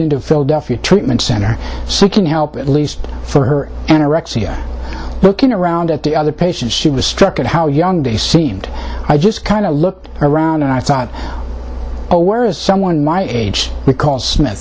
into philadelphia treatment center seeking help at least for her and looking around at the other patients she was struck at how young they seemed i just kind of looked around and i thought oh whereas someone my age because smith